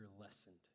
lessened